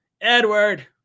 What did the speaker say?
edward